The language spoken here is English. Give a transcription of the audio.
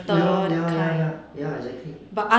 ya lor ya ya ya ya exactly